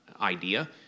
idea